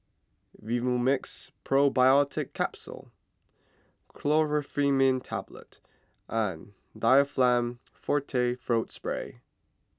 Vivomixx Probiotics Capsule Chlorpheniramine Tablets and Difflam forte Throat Spray